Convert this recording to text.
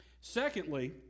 Secondly